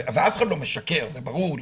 ואף אחד לא משקר, זה ברור לי.